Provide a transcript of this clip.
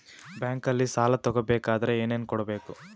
ಬ್ಯಾಂಕಲ್ಲಿ ಸಾಲ ತಗೋ ಬೇಕಾದರೆ ಏನೇನು ಕೊಡಬೇಕು?